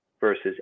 versus